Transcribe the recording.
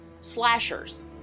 slashers